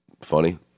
funny